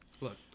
Look